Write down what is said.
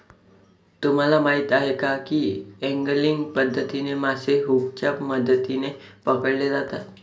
तुम्हाला माहीत आहे का की एंगलिंग पद्धतीने मासे हुकच्या मदतीने पकडले जातात